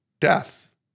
death